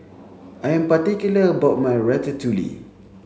I am particular about my Ratatouille